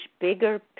bigger